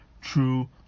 true